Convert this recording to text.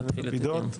נתנאל לפידות,